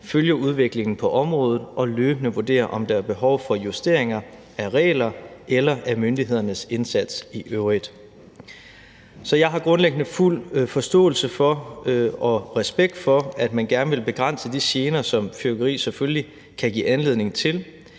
følger udviklingen på området og løbende vurderer, om der er behov for justeringer af regler eller af myndighedernes indsats i øvrigt. Så jeg har grundlæggende fuld forståelse for og respekt for, at man gerne vil begrænse de gener, som fyrværkeri selvfølgelig kan give anledning til,